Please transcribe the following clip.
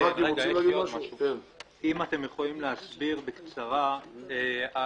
מקובל עליכם?